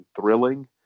thrilling